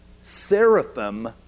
seraphim